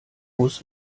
muss